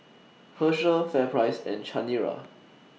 Herschel FairPrice and Chanira